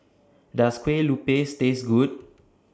Does Kue Lupis Taste Good